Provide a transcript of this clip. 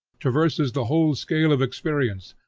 traverses the whole scale of experience,